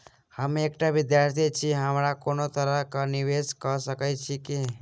हम एकटा विधार्थी छी, हम कोनो तरह कऽ निवेश कऽ सकय छी की?